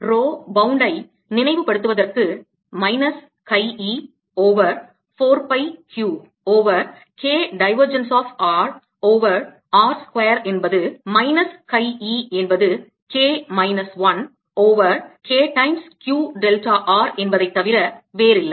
row bound ஐ நினைவு படுத்துவதற்கு minus chi e over 4 pi Q over K divergence of r over r square என்பது minus chi e என்பது K minus 1 over K times Q delta r என்பதைத்தவிர வேறில்லை